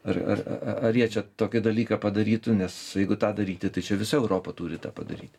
ar ar a a ar jie čia tokį dalyką padarytų nes jeigu tą daryti tai čia visa europa turi tą padaryt